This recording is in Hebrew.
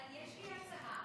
יש לי הצעה.